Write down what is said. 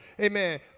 Amen